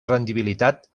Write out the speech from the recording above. rendibilitat